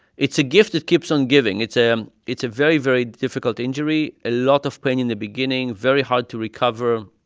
it's a gift that keeps on giving. it's a um it's a very, very difficult injury, a lot of pain in the beginning, very hard to recover.